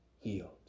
healed